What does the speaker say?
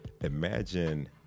imagine